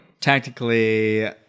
tactically